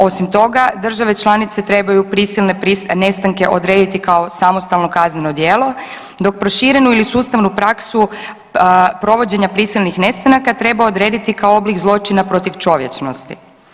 Osim toga, države članice trebaju prisilne nestanke odrediti kao samostalno kazneno djelo, dok proširenu ili sustavnu praksu provođenja prisilnih nestanaka treba odrediti kao oblik zločina protiv čovječnosti.